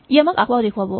ই আমাক আসোঁৱাহ দেখুৱাব